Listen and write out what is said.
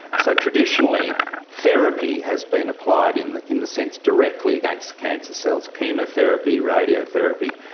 so traditionally therapy has been applied in the in the sense directly against cancer cells chemotherapy, radiotherapy,